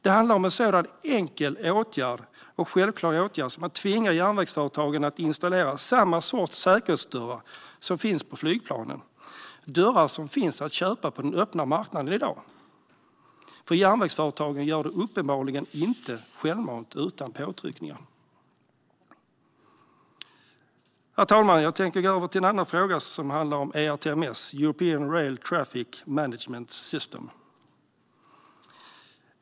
Det handlar om en så enkel och självklar åtgärd som att tvinga järnvägsföretagen att installera samma sorts säkerhetsdörrar som finns på flygplanen. Sådana dörrar finns i dag att köpa på den öppna marknaden. Men järnvägsföretagen gör det uppenbarligen inte självmant utan påtryckningar. Herr talman! Jag tänkte gå över till en annan fråga, nämligen ERTMS, European Rail Traffic Management System.